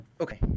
Okay